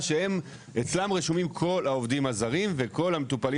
שאצלם רשומים כל העובדים הזרים וכל המטופלים